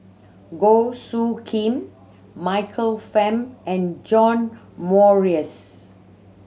Goh Soo Khim Michael Fam and John Morrice